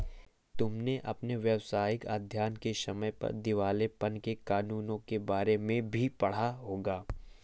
तुमने अपने व्यावसायिक अध्ययन के समय पर दिवालेपन के कानूनों के बारे में भी पढ़ा होगा